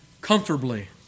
comfortably